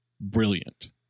brilliant